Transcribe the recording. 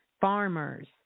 farmers